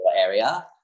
area